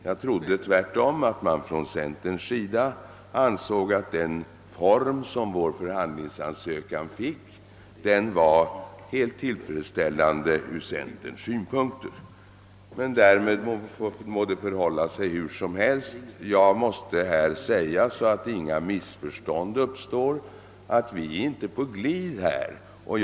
Jag trodde tvärtom att man inom centern ansåg att den form som vår förhandlingsansökan fick var helt tillfredsställande från deras synpunkt. Det må därmed förhålla sig hur som helst. För att inget missförstånd skall uppstå vill jag dock säga att vi inte är på glid i detta sammanhang.